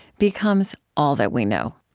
becomes all that we know.